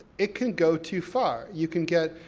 it can go too far, you can get,